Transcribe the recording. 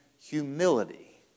humility